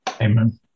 amen